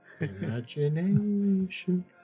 Imagination